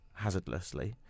hazardlessly